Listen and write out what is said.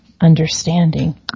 understanding